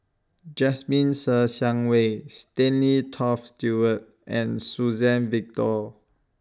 Jasmine Ser Xiang Wei Stanley Toft Stewart and Suzann Victor